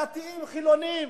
דתיים וחילונים,